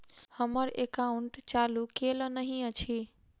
हम्मर एकाउंट चालू केल नहि अछि?